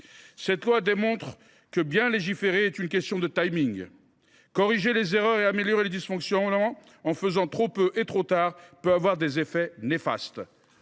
de loi démontre que bien légiférer est une question de. Corriger les erreurs et améliorer les dysfonctionnements, en faisant trop peu et trop tard, peut avoir des effets néfastes.